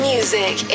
Music